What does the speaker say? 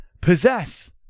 possess